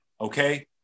Okay